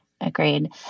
agreed